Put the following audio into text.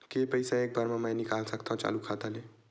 के पईसा एक बार मा मैं निकाल सकथव चालू खाता ले?